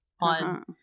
on